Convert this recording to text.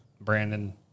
Brandon